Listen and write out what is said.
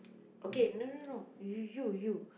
okay no no no you you